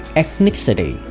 ethnicity